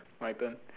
my turn